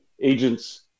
agents